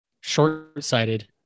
short-sighted